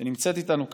שנמצאת איתנו כאן,